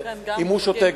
אם הוא שותה,